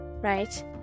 right